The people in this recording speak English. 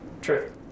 True